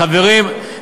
חברים,